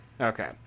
Okay